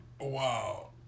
Wow